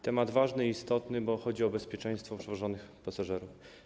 Ten temat jest ważny i istotny, bo chodzi o bezpieczeństwo przewożonych pasażerów.